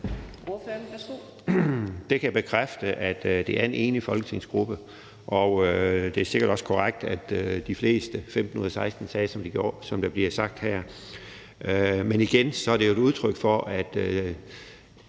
Det kan jeg bekræfte, altså at det er en enig folketingsgruppe. Og det er sikkert også korrekt, at de fleste – 15 ud af de 16 – sagde, som der bliver sagt her. Men igen, det er jo et udtryk for, at